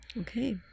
Okay